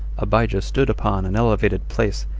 abijah stood upon an elevated place,